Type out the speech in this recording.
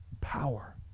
power